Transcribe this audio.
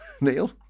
Neil